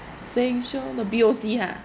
Sheng Siong the B_O_C ha